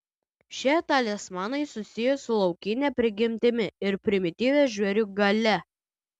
šie talismanai susiję su laukine prigimtimi ir primityvia žvėrių galia